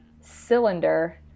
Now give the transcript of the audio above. cylinder